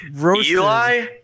Eli